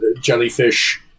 jellyfish